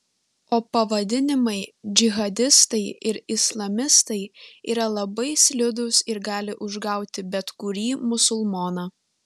o pavadinimai džihadistai ir islamistai yra labai slidūs ir gali užgauti bet kurį musulmoną